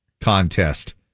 Contest